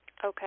Okay